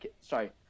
Sorry